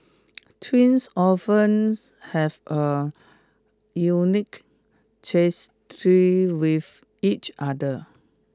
twins oftens have a unique with each other